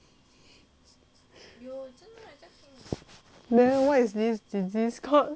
then what is this disease called